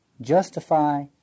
justify